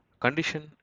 condition